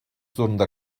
zorunda